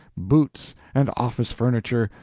boots and office furniture,